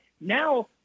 now